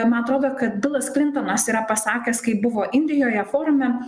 man atrodo kad bilas klintonas yra pasakęs kai buvo indijoje forume